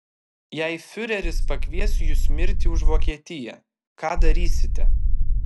jei fiureris pakvies jus mirti už vokietiją ką darysite